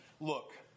look